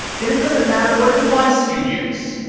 then it doesn't matter what device you use,